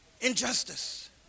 injustice